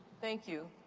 thank you.